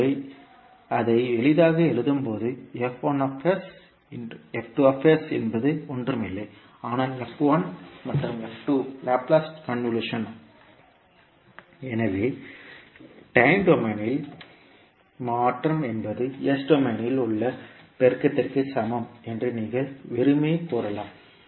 ஆகவே அதை எளிதாக எழுதும்போது என்பது ஒன்றுமில்லை ஆனால் f1 மற்றும் f2 லாப்லேஸ் கன்வொல்யூஷன் எனவே டைம் டொமைனில் மாற்றம் என்பது S டொமைனில் உள்ள பெருக்கத்திற்கு சமம் என்று நீங்கள் வெறுமனே கூறலாம்